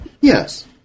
Yes